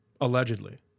allegedly